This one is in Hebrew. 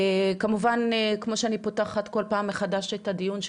כמובן כמו שאני פותחת כל פעם מחדש את הדיון שלנו,